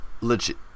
Legit